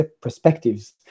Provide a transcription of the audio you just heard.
perspectives